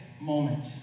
moment